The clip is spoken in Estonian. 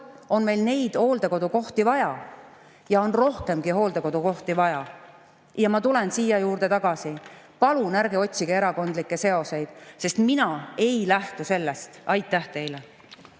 on meil neid hooldekodukohti vaja ja neid on rohkemgi vaja. Ma tulen selle juurde tagasi: palun ärge otsige erakondlikke seoseid, sest mina ei lähtu sellest. Aitäh teile!